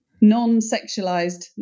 non-sexualized